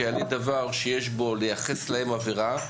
שיעלה דבר שיש בו לייחס להם עבירה,